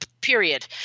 period